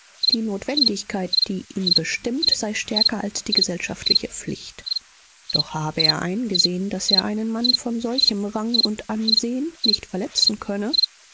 die notwendigkeit die ihn bestimmt sei stärker als die gesellschaftliche pflicht doch habe er eingesehen daß er einen mann von solchem rang und ansehen nicht verletzen könne